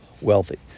wealthy